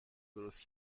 درست